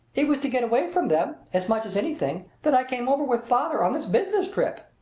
it was to get away from them, as much as anything, that i came over with father on this business trip.